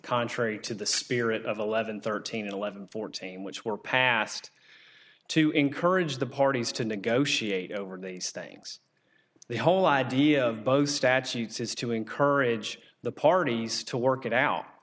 contrary to the spirit of eleven thirteen eleven fourteen which were passed to encourage the parties to negotiate over these things the whole idea of both statutes is to encourage the parties to work it out